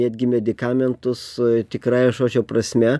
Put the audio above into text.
netgi medikamentus tikrąja žodžio prasme